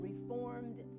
Reformed